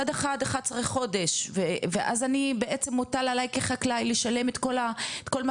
מצד אחד 11 חודש ואז אני בעצם מוטל עליי כחקלאי לשלם את כל מה